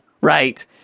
right